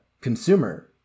consumer